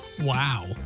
Wow